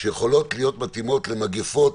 שיכולות להיות מתאימות למגפות.